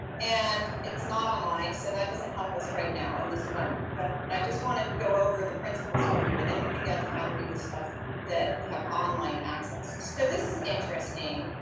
and it's not online, so that doesn't help us right now in this moment. but but i just want to go over the principles with you, and then we can get to how to do this stuff that have online access. so this is interesting.